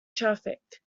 traffic